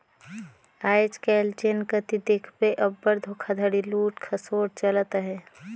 आएज काएल जेन कती देखबे अब्बड़ धोखाघड़ी, लूट खसोट चलत अहे